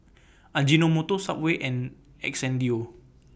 Ajinomoto Subway and Xndo